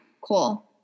cool